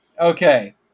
okay